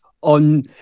on